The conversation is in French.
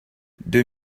deux